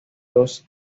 dos